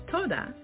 Toda